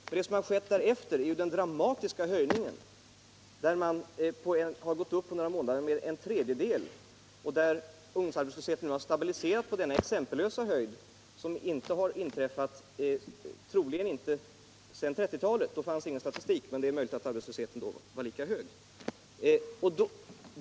Men det som har hänt därefter är ju den dramatiska höjningen, en tredjedel på några månader, och att ungdomsarbetslösheten stabiliserat sig på denna exempellösa höjd, vilket troligen inte har inträffat sedan 1930-talet. Då fanns ingen statistik, men det är möjligt att den då var högre.